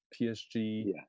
PSG